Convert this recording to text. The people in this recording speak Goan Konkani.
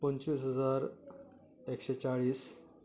पंचवीस हजार एकशें चाळीस